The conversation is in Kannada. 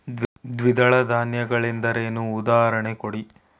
ದ್ವಿದಳ ಧಾನ್ಯ ಗಳೆಂದರೇನು, ಉದಾಹರಣೆ ಕೊಡಿ?